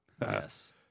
Yes